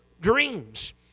dreams